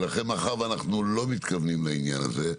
ולכן, מאחר ואנחנו לא מתכוונים לעניין הזה,